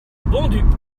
bondues